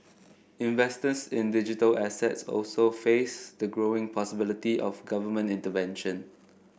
investors in digital assets also face the growing possibility of government intervention